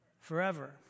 forever